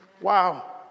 Wow